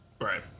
Right